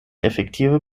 efektive